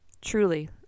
Truly